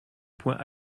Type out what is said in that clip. point